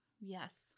Yes